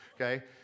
okay